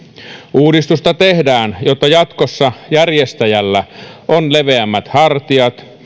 uudistusta tehdään jotta jatkossa järjestäjällä on leveämmät hartiat